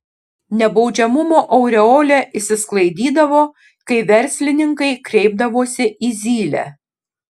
nebaudžiamumo aureolė išsisklaidydavo kai verslininkai kreipdavosi į zylę